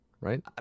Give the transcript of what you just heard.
right